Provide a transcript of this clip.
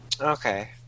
Okay